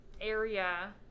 area